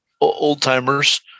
old-timers